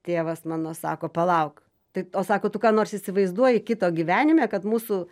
tėvas mano sako palauk tai o sako tu ką nors įsivaizduoji kito gyvenime kad mūsų